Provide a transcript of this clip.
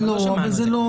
אבל לא שמענו על זה.